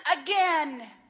again